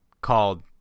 called